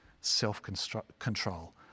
self-control